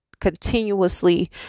continuously